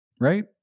right